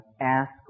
ask